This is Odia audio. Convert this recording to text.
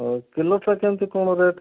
ଆଉ କିଲରଟା କେମିତି କଣ ରେଟ୍